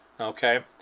Okay